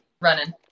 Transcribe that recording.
running